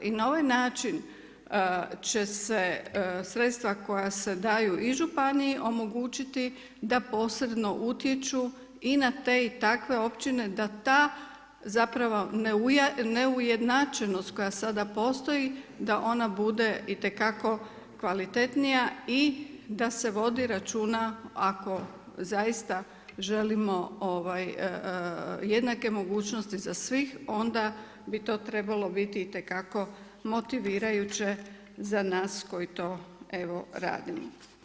I na ovaj način će se sredstva koja se daju i županiji omogućiti da posebno utječu i na te i takve općine da ta neujednačenost koja sada postoji da ona bude itekako kvalitetnija i da se vodi računa ako zaista želimo jednake mogućnosti za svih onda bi to trebalo biti itekako motivirajuće za nas koji to evo radimo.